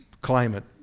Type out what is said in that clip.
climate